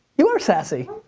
you are sassy!